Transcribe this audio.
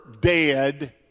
dead